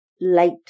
late